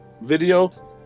video